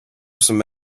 some